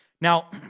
Now